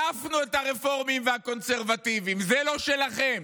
העפנו את הרפורמים והקונסרבטיבים, זה לא שלכם,